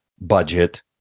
budget